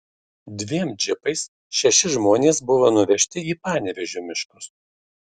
dviem džipais šeši žmonės buvo nuvežti į panevėžio miškus